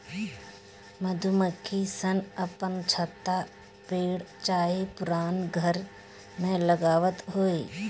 मधुमक्खी सन अपन छत्ता पेड़ चाहे पुरान घर में लगावत होई